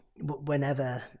whenever